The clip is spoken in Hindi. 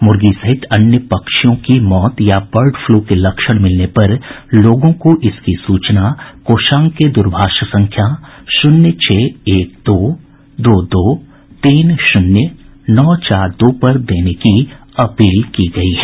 मुर्गी सहित अन्य पक्षियों की मौत या बर्ड फ्लू के लक्षण मिलने पर लोगों को इसकी सूचना कोषांग के द्रभाष संख्या शून्य छह एक दो दो तीन शून्य नौ चार दो पर देने की अपील की गई है